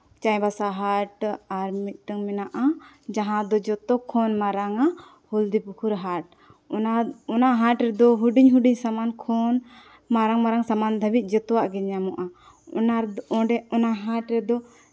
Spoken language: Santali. ᱪᱟᱭᱵᱟᱥᱟ ᱦᱟᱴ ᱟᱨ ᱢᱤᱫᱴᱟᱝ ᱢᱮᱱᱟᱜᱼᱟ ᱡᱟᱦᱟᱸ ᱫᱚ ᱡᱚᱛᱚ ᱠᱷᱚᱱ ᱢᱟᱨᱟᱝᱟ ᱦᱚᱞᱫᱤ ᱯᱩᱠᱩᱨ ᱦᱟᱴ ᱚᱱᱟ ᱦᱟᱴ ᱨᱮᱫᱚ ᱦᱩᱰᱤᱧ ᱦᱩᱰᱤᱧ ᱥᱟᱢᱟᱱ ᱠᱷᱚᱱ ᱢᱟᱨᱟᱝ ᱢᱟᱨᱟᱝ ᱥᱟᱢᱟᱱ ᱫᱷᱟᱹᱵᱤᱡ ᱡᱚᱛᱚᱣᱟᱜ ᱜᱮ ᱧᱟᱢᱚᱜᱼᱟ ᱚᱱᱟ ᱨᱮᱫᱚ ᱚᱸᱰᱮ ᱚᱱᱟ ᱦᱟᱴ ᱨᱮᱫᱚ